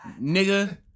nigga